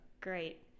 Great